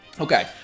Okay